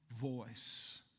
voice